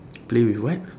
play with what